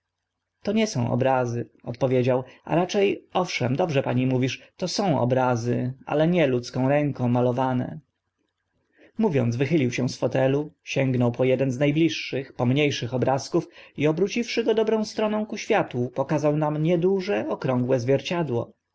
to nie są obrazy odpowiedział a racze owszem dobrze pani mówisz to są obrazy ale nie ludzką ręką malowane mówiąc wychylił się z fotelu sięgnął po eden z na bliższych pomnie szych obrazków i obróciwszy go dobrą stroną ku światłu pokazał nam nieduże okrągłe zwierciadło